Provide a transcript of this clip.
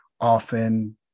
often